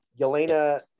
Yelena